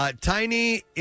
Tiny